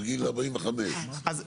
בגיל 45. אז,